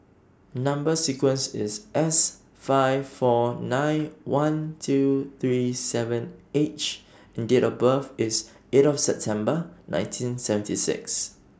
Number sequence IS S five four nine one two three seven H and Date of birth IS eight September nineteen seventy six